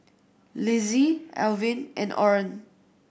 Lizzie Elvin and Orren